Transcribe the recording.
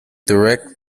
direct